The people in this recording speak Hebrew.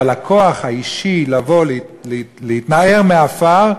אבל הכוח האישי לבוא להתנער מעפר,